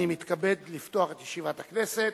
אני מתכבד לפתוח את ישיבת הכנסת.